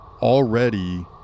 already